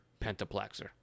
pentaplexer